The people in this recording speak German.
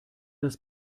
das